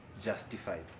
justified